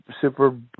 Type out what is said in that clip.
super